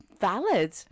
valid